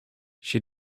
she